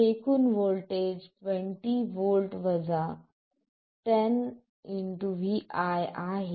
तर एकूण voltage 20 V 10 vi आहे